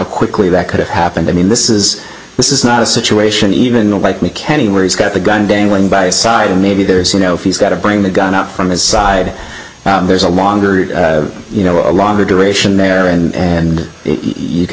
quickly that could have happened i mean this is this is not a situation even a bike mechanic where he's got the gun dangling by side and maybe there's you know he's got to bring the gun out from his side there's a longer you know a longer duration there and you could